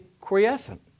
quiescent